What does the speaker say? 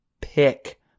pick